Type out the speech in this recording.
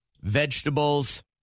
vegetables